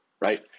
right